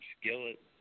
skillet